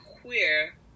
queer